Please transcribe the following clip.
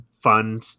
fun